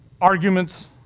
arguments